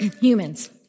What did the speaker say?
humans